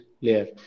layer